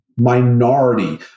minority